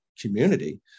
community